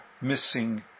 missing